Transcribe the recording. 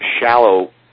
shallow